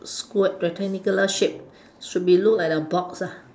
square rectangular shape should be look like a box ah